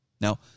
Now